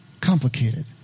complicated